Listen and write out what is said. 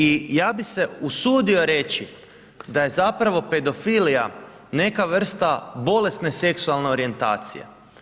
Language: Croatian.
I ja bih se usudio reći da je zapravo pedofilija neka vrsta bolesne seksualne orijentacije.